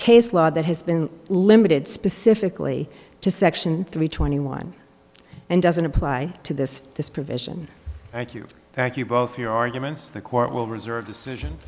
case law that has been limited specifically to section three twenty one and doesn't apply to this this provision thank you thank you both your arguments the court will reserve decision